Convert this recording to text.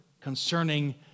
concerning